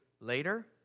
later